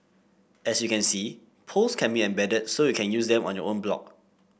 as you can see polls can be embedded so you can use them on your own blog